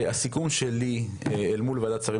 הסיכום שלי אל מול ועדת שרים